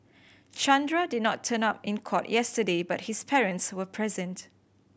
Chandra did not turn up in court yesterday but his parents were present